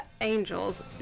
Angels